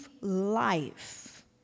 life